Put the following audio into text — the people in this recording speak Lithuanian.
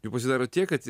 jų pasidaro tiek kad